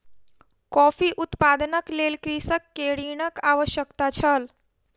coffee उत्पादनक लेल कृषक के ऋणक आवश्यकता छल